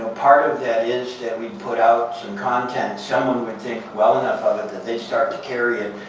ah part of that is that we put out some content. someone would think well enough of it that they start to carry it.